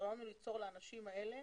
הרעיון הוא ליצור לאנשים האלה